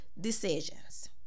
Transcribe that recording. decisions